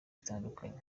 zitandukanye